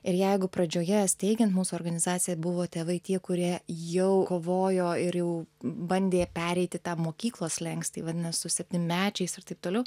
ir jeigu pradžioje steigiant mūsų organizaciją buvo tėvai tie kurie jau kovojo ir jau bandė pereiti tą mokyklos slenkstį vadinas su septynmečiais ir taip toliau